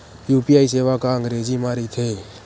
UPI सेवा का अंग्रेजी मा रहीथे?